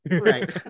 right